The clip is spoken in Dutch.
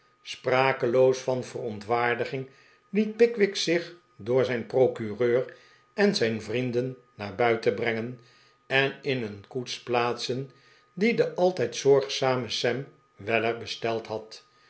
sprakeloos van verontwaardiging liet pickwick zich door zijn procureur en zijn vrienden naar buiten brengen en in een koets plaatsen die de altijd zorgzame sam weller besteld had